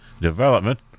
development